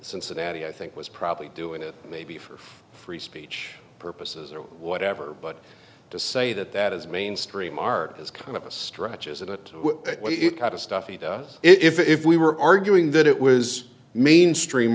cincinnati i think was probably doing it maybe for free speech purposes or whatever but to say that that is mainstream art is kind of a stretch isn't it kind of stuff he does if we were arguing that it was mainstream